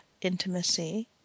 intimacy